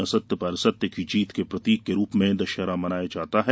असत्य पर सत्य की जीत के प्रतीक के रूप में दशहरा मनाया जाता है